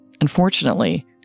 Unfortunately